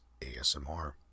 ASMR